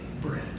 bread